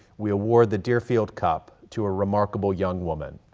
we award the deerfield cup to a remarkable young woman,